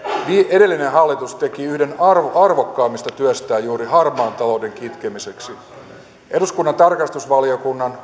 edellinen hallitus teki yhden arvokkaimmista töistään juuri harmaan talouden kitkemiseksi eduskunnan tarkastusvaliokunnan